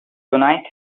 tonight